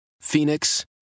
Phoenix